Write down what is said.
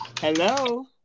Hello